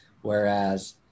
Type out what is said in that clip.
whereas